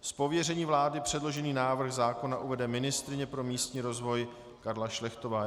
Z pověření vlády předložený návrh zákona uvede ministryně pro místní rozvoj Karla Šlechtová.